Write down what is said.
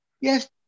Yes